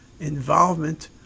involvement